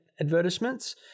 advertisements